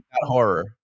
Horror